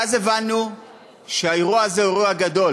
ואז הבנו שהאירוע הזה הוא אירוע גדול,